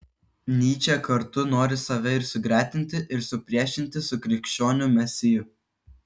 nyčė kartu nori save ir sugretinti ir supriešinti su krikščionių mesiju